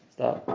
Stop